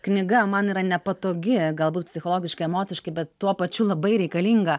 knyga man yra nepatogi galbūt psichologiškai emociškai bet tuo pačiu labai reikalinga